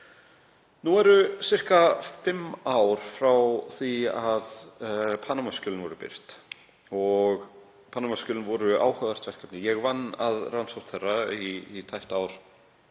Nú eru um fimm ár frá því að Panama-skjölin voru birt. Panama-skjölin voru áhugavert verkefni. Ég vann að rannsókn þeirra í tæpt ár